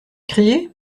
crier